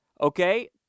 Okay